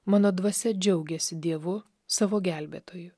mano dvasia džiaugiasi dievu savo gelbėtoju